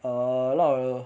err 那我